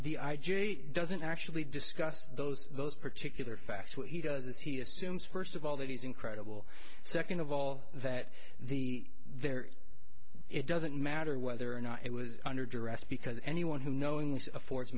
the i j a doesn't actually discuss those those particular facts what he does is he assumes first of all that he's incredible second of all that the there it doesn't matter whether or not it was under duress because anyone who knowingly affords